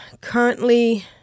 currently